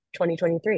2023